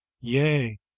yea